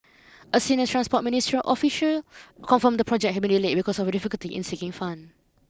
a senior transport ministry official confirmed the project had been delayed because of a difficulty in seeking fund